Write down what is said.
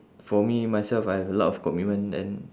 for me myself I have a lot of commitment then